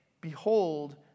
Behold